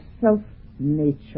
self-nature